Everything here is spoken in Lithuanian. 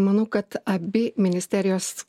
manau kad abi ministerijos